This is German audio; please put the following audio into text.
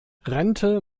rente